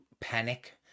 panic